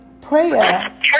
prayer